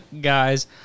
guys